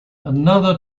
another